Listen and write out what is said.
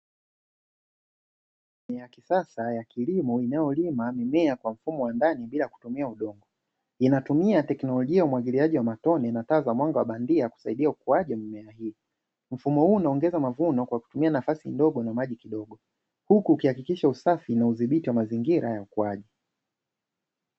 Mashine ya kisasa ya kilimo inayolima mimea kwa mfumo wa ndani bila kutumia udongo. Inatumia teknolojia ya umwagiliaji wa matone na taa za mwanga wa bandia kusaidia ukuaji wa mimea hiyo. Mfumo huu unaongeza mavuno kwa kutumia nafasi kidogo na maji kidogo, huku ikihakikisha usafi na udhibiti wa mazingira ya ukuaji.